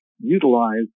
utilize